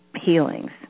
healings